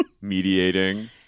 mediating